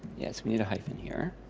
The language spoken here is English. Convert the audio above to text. yes, we need a hyphen here.